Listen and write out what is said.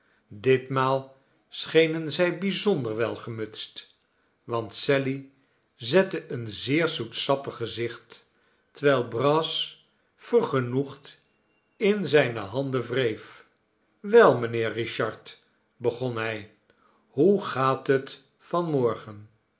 litmaal schenen zij bijzonder wel gemutst want sally zette een zeer zoetsappig gezicht terwijl brass vergenoegd in zijne handen wreef wel mijnheer richard begon hij hoe gaat het